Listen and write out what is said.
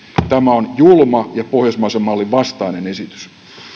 tämä on julma ja pohjoismaisen mallin vastainen esitys